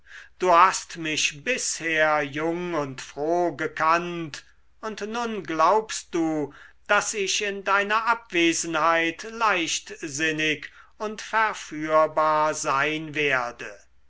du hast mich bisher jung und froh gekannt und nun glaubst du daß ich in deiner abwesenheit leichtsinnig und verführbar sein werde